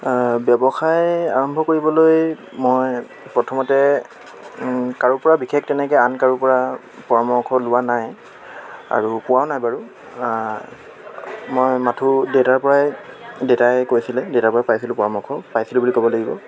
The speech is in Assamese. ব্যৱসায় আৰম্ভ কৰিবলৈ মই প্ৰথমতে কাৰো পৰা বিশেষ তেনেকে আন কাৰো পৰা পৰামৰ্শ লোৱা নাই আৰু পোৱা নাই বাৰু মই মথো দটাৰ পৰাই দেতাই কৈছিলে দেতাৰ পৰাই পাইছিলোঁ পৰামৰ্শ পাইছিলোঁ বুলি ক'ব লাগিব